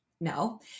no